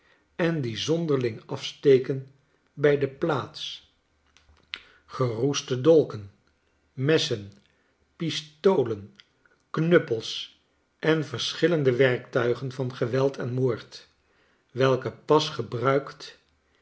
en die zonderling afsteken bij de plaats geroeste dolken messen pitolen knuppels en verschillende werktuigen van geweld en moord welke pas gebruikt